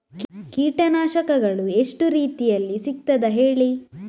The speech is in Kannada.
ಕೀಟನಾಶಕಗಳು ಎಷ್ಟು ರೀತಿಯಲ್ಲಿ ಸಿಗ್ತದ ಹೇಳಿ